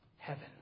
Heaven